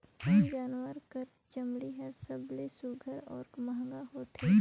कोन जानवर कर चमड़ी हर सबले सुघ्घर और महंगा होथे?